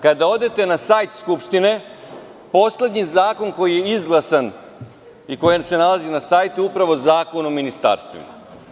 Kada odete na sajt Skupštine, poslednji zakon koji je izglasan i koji se nalazi na sajtu je upravo Zakon o ministarstvima.